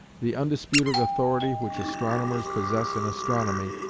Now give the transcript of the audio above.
the undisputed authority which astronomers possess in astronomy,